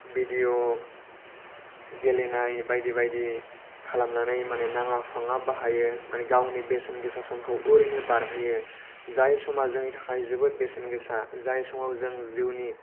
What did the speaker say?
video गेलेनाय बायदि बायदि खालामनानै माने नाङा फाङा बाहायो माने गावनि बेसेन गोसा समखौ ओरैनो बारहोयो जाय समा जोंनि थाखाय जोबोद बेसेन गोसा जाय समाव जों जिउनि